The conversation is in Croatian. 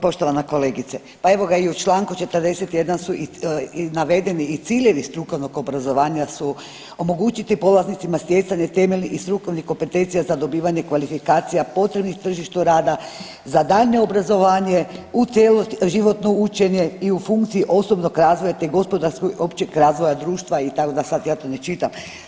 Poštovana kolegice, pa evo ga i u čl. 41. su navedeni i ciljevi strukovnog obrazovanja su omogućiti polaznicima stjecanje temeljnih i strukovnih kompetencija za dobivanje kvalifikacija potrebnih tržištu rada, za daljnje obrazovanje, cjeloživotno učenje i u funkciji osobnog razvoja, te gospodarskog i općeg razvoja društva i tako da sad ja to ne čitam.